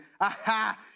aha